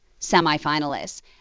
semifinalists